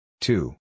Two